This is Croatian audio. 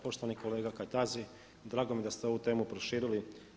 Poštovani kolega Kajtazi, drago mi je da ste ovu temu proširili.